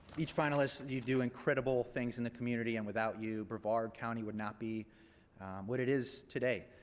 each finalist you do incredible things in the community and without you brevard county would not be what it is today.